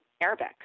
Arabic